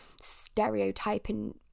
stereotyping